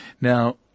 Now